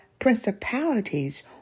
principalities